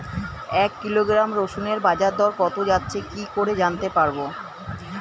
এক কিলোগ্রাম রসুনের বাজার দর কত যাচ্ছে কি করে জানতে পারবো?